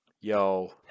Yo